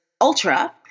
ultra